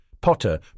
Potter